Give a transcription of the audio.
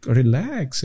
relax